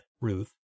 Ruth